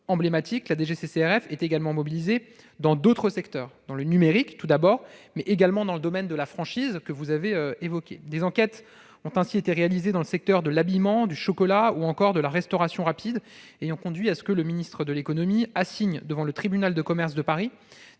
emblématique, la DGCCRF est également mobilisée dans d'autres secteurs : le numérique, tout d'abord, mais aussi la franchise, que vous avez évoquée. Des enquêtes ont ainsi été réalisées dans le secteur de l'habillement, du chocolat ou encore de la restauration rapide, et ont conduit à ce que le ministre de l'économie et des finances assigne de grands